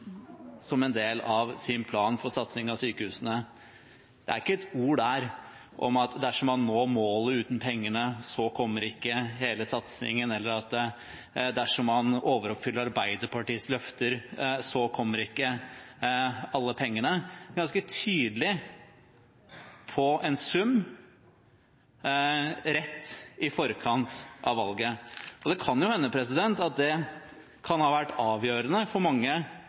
som en del av sin plan for satsing på sykehusene. Det er ikke ett ord der om at dersom man når målet uten pengene, så kommer ikke hele satsingen, eller at dersom man overoppfyller Arbeiderpartiets løfter, kommer ikke alle pengene. De var ganske tydelige på en sum rett i forkant av valget, og det kan jo hende at det kan ha vært avgjørende for mange